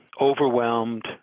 overwhelmed